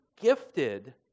gifted